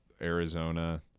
Arizona